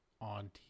On